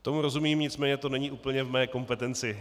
Tomu rozumím, nicméně to není úplně v mé kompetenci.